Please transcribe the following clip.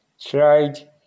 tried